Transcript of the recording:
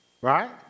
Right